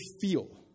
feel